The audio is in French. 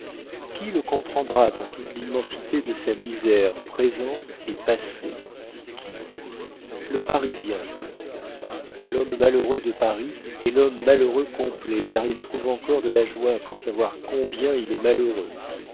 qui le comprendra dans toute l'immensité de sa misère présente et passée qui le parisien seulement l'homme malheureux de paris est l'homme malheureux complet car il trouve encore de la joie pour savoir combien il est malheureux